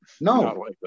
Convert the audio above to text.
No